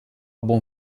buon